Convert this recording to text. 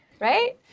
right